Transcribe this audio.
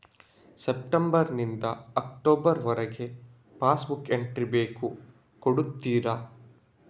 September ನಿಂದ October ವರಗೆ passbook entry ಬೇಕು ಕೊಡುತ್ತೀರಾ?